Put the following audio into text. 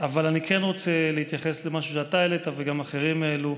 אבל אני כן רוצה להתייחס למשהו שאתה העלית וגם אחרים העלו.